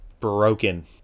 Broken